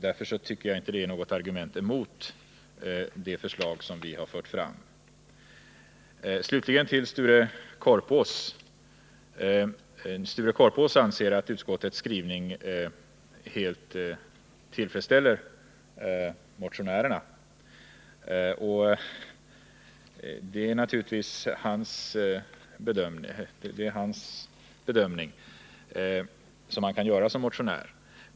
Därför tycker jag inte att det är något argument mot det förslag som vi har fört fram. Slutligen till Sture Korpås, som anser att utskottets skrivning helt borde tillfredsställa motionärerna. Det är herr Korpås bedömning, som han kan göra som motionär.